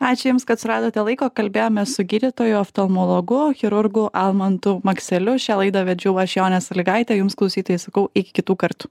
ačiū jums kad suradote laiko kalbėjomės su gydytoju oftalmologu chirurgu almantu makseliu šią laidą vedžiau aš jonė salygaitė jums klausytojai sakau iki kitų kartų